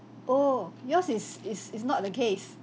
oh yours is is is not the case